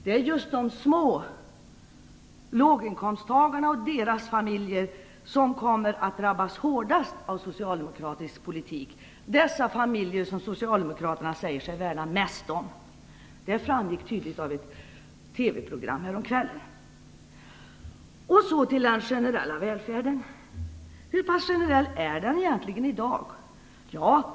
Det är just de små - låginkomsttagarna och deras familjer - som kommer att drabbas hårdast av socialdemokratisk politik. Det är dessa familjer som socialdemokraterna säger sig värna mest om. Detta framgick tydligt av ett TV program häromkvällen. Så till den generella välfärden. Hur pass generell är den egentligen i dag?